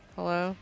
Hello